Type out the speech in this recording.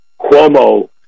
Cuomo